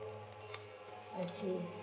I see